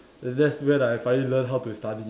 that's when I finally learn how to study